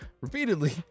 repeatedly